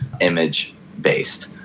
image-based